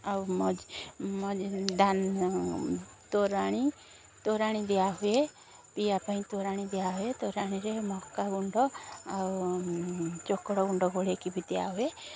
ଆଉ ତୋରାଣି ତୋରାଣି ଦିଆ ହୁଏ ପିଇବା ପାଇଁ ତୋରାଣି ଦିଆ ହୁଏ ତୋରାଣିରେ ମକା ଗୁଣ୍ଡ ଆଉ ଚୋକଡ଼ ଗୁଣ୍ଡ ଗୋଳେଇକି ବି ଦିଆହୁଏ